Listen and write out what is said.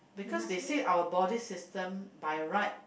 because they say our body system by right